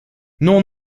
non